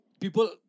people